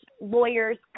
lawyers